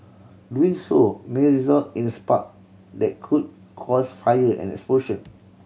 doing so may result in a spark that could cause fire and explosion